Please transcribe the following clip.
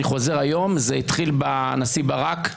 אני חוזר היום: זה התחיל בנשיא ברק,